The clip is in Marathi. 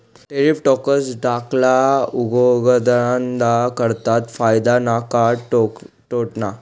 टैरिफ टॅक्स धाकल्ला उद्योगधंदा करता फायदा ना का तोटाना?